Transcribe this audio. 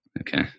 okay